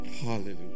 hallelujah